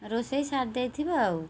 ରୋଷେଇ ସାରିଦେଇଥିବ ଆଉ